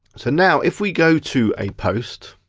so now if we go to a post,